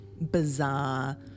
bizarre